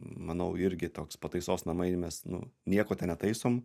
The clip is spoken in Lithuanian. manau irgi toks pataisos namai mes nu nieko netaisom